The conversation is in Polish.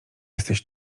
jesteś